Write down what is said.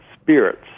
spirits